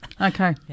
Okay